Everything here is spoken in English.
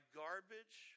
garbage